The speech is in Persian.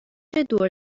دور